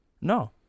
No